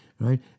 right